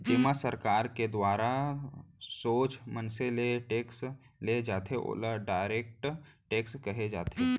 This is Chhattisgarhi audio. जेमा सरकार के दुवारा सोझ मनसे ले टेक्स ले जाथे ओला डायरेक्ट टेक्स कहे जाथे